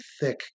thick